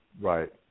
Right